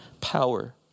power